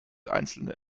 einzelne